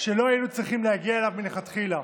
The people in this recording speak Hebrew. שלא היינו צריכים להגיע אליו מלכתחילה.